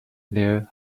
their